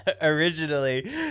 Originally